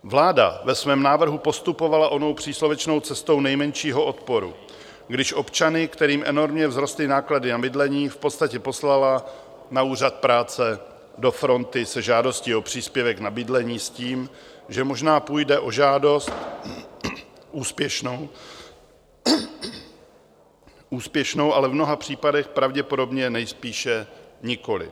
Vláda ve svém návrhu postupovala onou příslovečnou cestou nejmenšího odporu, když občany, kterým enormně vzrostly náklady na bydlení, v podstatě poslala na úřad práce do fronty se žádostí o příspěvek na bydlení s tím, že možná půjde o žádost úspěšnou, ale v mnoha případech pravděpodobně nejspíše nikoliv.